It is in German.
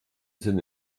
sind